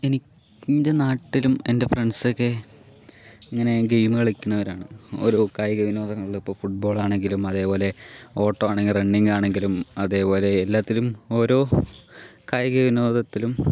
എനിക്ക് എൻ്റെ നാട്ടിലും എന്റെ ഫ്രണ്ട്സൊക്കെ ഇങ്ങനെ ഗെയിം കളിക്കണവരാണ് ഓരോ കായിക വിനോദങ്ങളിൽ ഇപ്പോൾ ഫുട്ബോളാണെങ്കിലും അതേപോലെ ഓട്ടം ആണെങ്കിൽ റണ്ണിങ് ആണെങ്കിലും അതേപോലെ എല്ലാത്തിലും ഓരോ കായിക വിനോദത്തിലും